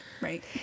Right